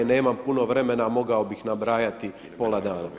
Nemam puno vremena, mogao bih nabrajati pola dana.